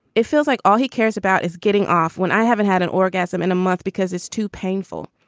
it feels like all he cares about is getting off when i haven't had an orgasm in a month because it's too painful.